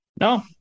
No